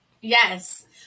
Yes